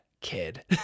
kid